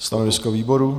Stanovisko výboru?